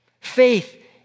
Faith